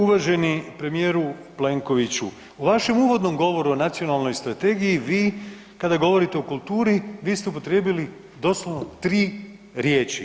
Uvaženi premijeru Plenkoviću u vašem uvodnom govoru o nacionalnoj strategiji vi kada govorite o kulturi vi ste upotrijebili doslovno 3 riječi.